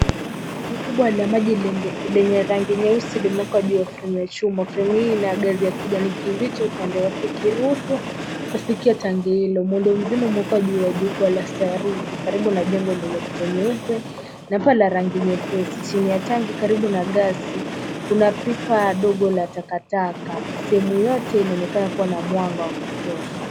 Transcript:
Tanki kubwa la maji lenye rangi nyeusi limewekwa juu ya fremu ya chuma. Fremu hii ina gasi ya kijani kibichi upande wake ikiruhusu kufikia tanki hilo. Muundo mzima umewekwa juu ya jukwaa la saruji karibu jengo lenye kuta nyeupe na paa la rangi nyepesi. Chini ya tanki karibu na gasi , kuna pipa dogo la takataka. Sehemu yote inaonekana kuwa na mwanga wa kutosha.